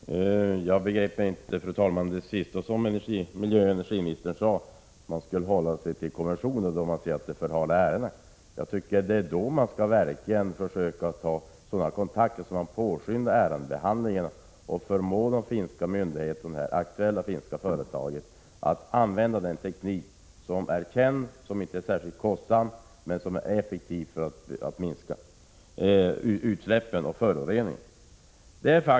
Fru talman! Jag begrep inte det sista som miljöoch energiministern sade, att man skall hålla sig till konventionen när man ser att den används för att förhala ärenden. Jag tycker att det är då man verkligen skall försöka ta sådana kontakter att man påskyndar ärendebehandlingen och förmår de finska myndigheterna och det aktuella finska företaget att använda den teknik som är känd, som inte är särskilt kostsam och som är effektiv för att minska utsläppen och föroreningarna.